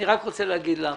אני רק רוצה לומר לך